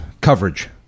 coverage